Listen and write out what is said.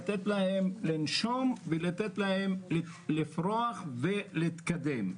לתת להם לנשום ולתת להם לפרוח ולהתקדם.